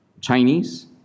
Chinese